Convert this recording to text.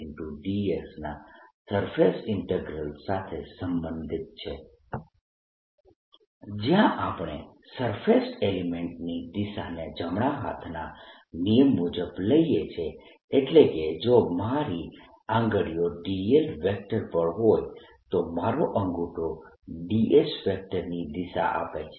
ds ના surface integral સાથે સંબંધિત છે જ્યાં આપણે સરફેસ એલિમેન્ટ ની દિશાને જમણા હાથના નિયમ મુજબ લઈએ છે એટલે કે જો મારી આંગળીઓ dl પર હોય તો મારો અંગૂઠો ds ની દિશા આપે છે